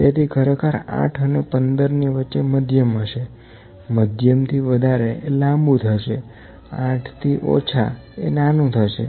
તેથી ખરેખર 8 અને 15 ની વચ્ચે મધ્યમ હશે મધ્યમ થી વધારે એ લાંબુ થશે 8 થી ઓછા એ નાનું થશે